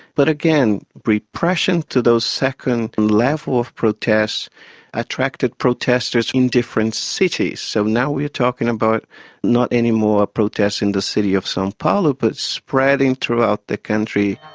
but again, repression to those second level of protests attracted protesters in different cities. so now we are talking about not any more protests in the city of sao um paulo but spreading throughout the country.